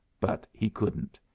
but he couldn't.